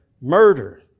murder